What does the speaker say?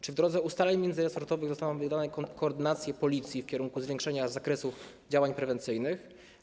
Czy w drodze ustaleń międzyresortowych zostaną wydane Policji koordynacje w kierunku zwiększenia zakresu działań prewencyjnych?